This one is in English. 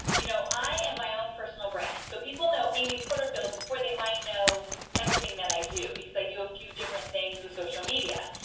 you know i in my own personal brand so people know amy porterfield before they might know everything that i do, because i do a few different thing with social media,